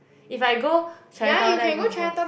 if I go Chinatown then I go her house